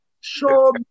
Show